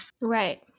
Right